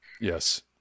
yes